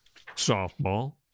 softball